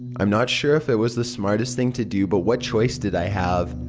i'm not sure if it was the smartest thing to do but what choice did i have.